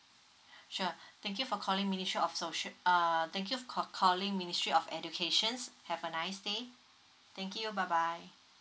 sure thank you for calling ministry of social err thank you for calling ministry of education have a nice day thank you bye bye